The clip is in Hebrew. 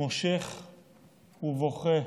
מושך ובוכה.